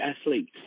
athletes